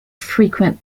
frequent